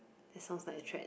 that sounds like a threat